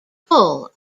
full